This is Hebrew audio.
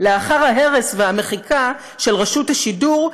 "לאחר ההרס והמחיקה של רשות השידור,